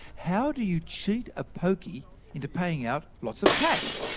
how do you cheat a pokie into paying out lots of cash?